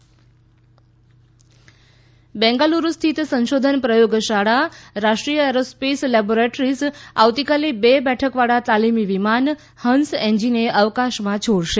હંસ N G Bengaluru સ્થિત સંશોધન પ્રયોગશાળા રાષ્ટ્રીય એરોસ્પેસ લેબોરેટરીઝ આવતીકાલે બે બેઠકવાળા તાલીમી વિમાન હંસ એનજીને અવકાશમાં છોડશે